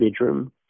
bedroom